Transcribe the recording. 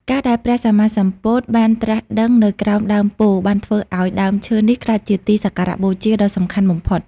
ការដែលព្រះសម្មាសម្ពុទ្ធបានត្រាស់ដឹងនៅក្រោមដើមពោធិ៍ បានធ្វើឱ្យដើមឈើនេះក្លាយជាទីសក្ការៈបូជាដ៏សំខាន់បំផុត។